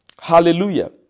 Hallelujah